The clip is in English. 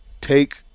take